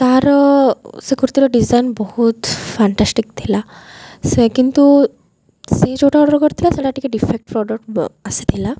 ତା'ର ସେ କୁର୍ତ୍ତୀର ଡିଜାଇନ୍ ବହୁତ ଫାଣ୍ଟାଷ୍ଟିକ୍ ଥିଲା ସେ କିନ୍ତୁ ସେ ଯେଉଁଟା ଅର୍ଡ଼ର୍ କରିଥିଲା ସେଇଟା ଟିକେ ଡିଫେକ୍ଟ ପ୍ରଡ଼କ୍ଟ ଆସିଥିଲା